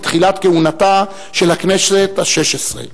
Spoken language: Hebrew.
בתחילת כהונתה של הכנסת השש-עשרה.